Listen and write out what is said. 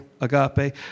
agape